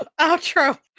Outro